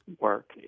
work